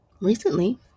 recently